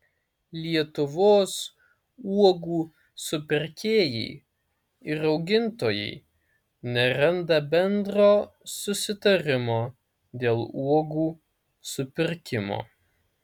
lietuvos uogų supirkėjai ir augintojai neranda bendro susitarimo dėl uogų supirkimo